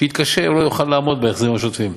שיתקשה או שלא יוכל לעמוד בהחזרים השוטפים.